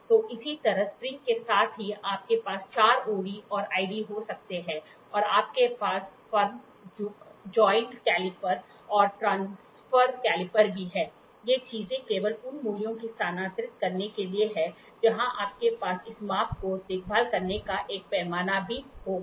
तो इसी तरह स्प्रिंग के साथ भी आपके पास चार OD और ID हो सकते हैं और आपके पास फर्म ज्वाइंट कैलीपर और ट्रांसफर कैलिपर भी हैं ये चीजें केवल उन मूल्यों को स्थानांतरित करने के लिए हैं जहां आपके पास इस माप की देखभाल करने का एक पैमाना भी होगा